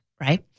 right